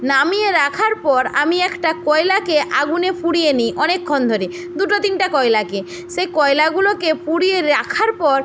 নামিয়ে রাখার পর আমি একটা কয়লাকে আগুনে পুড়িয়ে নিই অনেকক্ষণ ধরে দুটো তিনটে কয়লাকে সেই কয়লাগুলোকে পুড়িয়ে রাখার পর